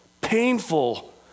painful